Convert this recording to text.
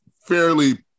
fairly